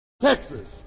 Texas